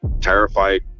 terrified